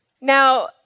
now